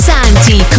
Santi